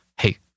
hey